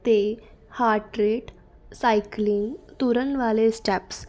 ਅਤੇ heart rate cycling ਤੁਰਨ ਵਾਲੇ ਸਟੈਪਸ